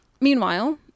Meanwhile